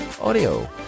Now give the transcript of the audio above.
audio